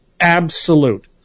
absolute